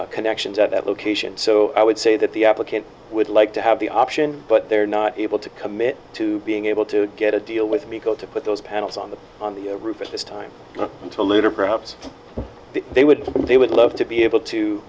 new connections at that location so i would say that the applicant would like to have the option but they're not able to commit to being able to get a deal with me go to put those panels on the on the roof at this time until later perhaps they would they would love to be able to